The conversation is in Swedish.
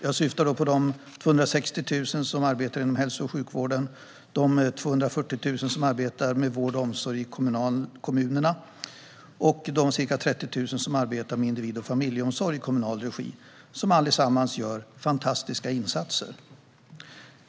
Jag syftar då på de 260 000 som arbetar inom hälso och sjukvården, de 240 000 som arbetar med vård och omsorg i kommunerna och de ca 30 000 som arbetar med individ och familjeomsorg i kommunal regi, som alla gör fantastiska insatser.